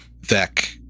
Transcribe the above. Vec